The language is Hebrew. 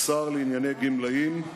השר לענייני גמלאים,